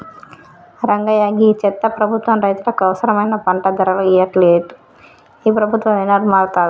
రంగయ్య గీ చెత్త ప్రభుత్వం రైతులకు అవసరమైన పంట ధరలు ఇయ్యట్లలేదు, ఈ ప్రభుత్వం ఏనాడు మారతాదో